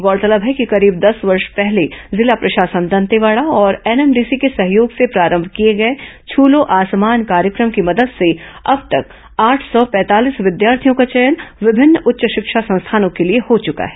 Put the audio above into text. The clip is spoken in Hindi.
गौरतलब है कि करीब दस वर्ष पहले जिला प्रशासन दंतेवाड़ा और एनएमडीसी के सहयोग से प्रारंभ किए गए छू लो आसमान कार्यक्रम की मदद से अब तक आठ सौ पैंतालीस विद्यार्थियों का चयन विभिन्न उच्च शिक्षा संस्थानों के लिए हो चुका है